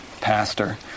Pastor